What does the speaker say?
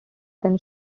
then